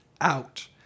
out